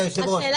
היושב ראש,